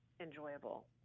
enjoyable